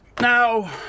now